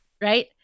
right